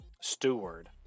steward